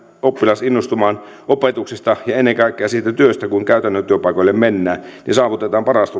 oppilas innostumaan opetuksesta ja ennen kaikkea siitä työstä kun käytännön työpaikoille mennään niin saavutetaan paras